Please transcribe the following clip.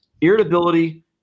irritability